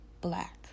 black